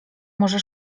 może